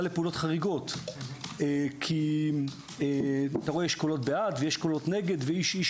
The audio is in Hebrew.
לפעולות חריגות כי יש דעות בעד ודעות נגד ואיש-איש